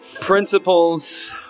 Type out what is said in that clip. Principles